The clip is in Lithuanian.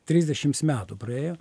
trisdešims metų praėjo